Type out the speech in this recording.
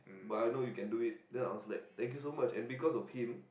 but I know you can do it then I was like thank you so much and because of him